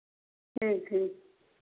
ठीक है